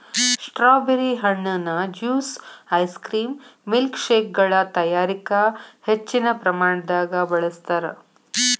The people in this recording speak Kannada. ಸ್ಟ್ರಾಬೆರಿ ಹಣ್ಣುನ ಜ್ಯೂಸ್ ಐಸ್ಕ್ರೇಮ್ ಮಿಲ್ಕ್ಶೇಕಗಳ ತಯಾರಿಕ ಹೆಚ್ಚಿನ ಪ್ರಮಾಣದಾಗ ಬಳಸ್ತಾರ್